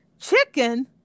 Chicken